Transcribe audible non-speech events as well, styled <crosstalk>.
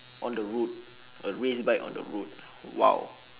on the road <noise> a race bike on the road <breath> !wow!